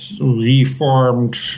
reformed